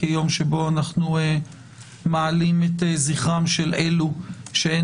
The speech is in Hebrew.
כיום שבו אנחנו מעלים את זכרם של אלו שאין